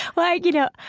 well, you know,